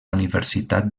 universitat